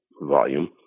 volume